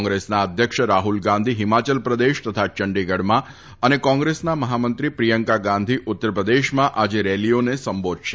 કોંગ્રેસના અધ્યક્ષ રાફુલ ગાંધી હિમાચલ પ્રદેશ તથા ચંડીગઢમાં અને કોંગ્રેસના મહામંત્રી પ્રિયંકા ગાંધી ઉત્તરપ્રદેશમાં આજે રેલીઓને સંબોધશે